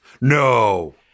No